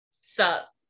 Sup